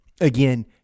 again